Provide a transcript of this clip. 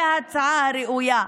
היא ההצעה הראויה.